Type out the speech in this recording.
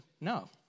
no